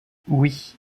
oui